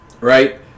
right